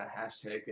Hashtag